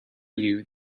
you